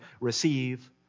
receive